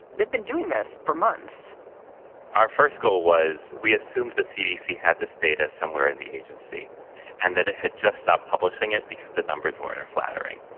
they've been doing this for months our first goal was we assumed the cdc had this data somewhere in the agency and that it had just stopped publishing it because the numbers were and were flattering.